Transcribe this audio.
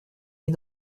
mit